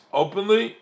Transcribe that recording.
openly